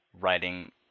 writing